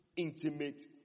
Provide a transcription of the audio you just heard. Intimate